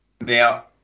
Now